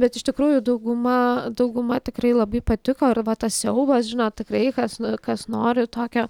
bet iš tikrųjų dauguma dauguma tikrai labai patiko ir va tas siaubas žinot klaikas kas no kas nori tokio